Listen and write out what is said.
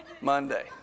Monday